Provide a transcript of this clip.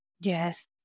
Yes